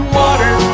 water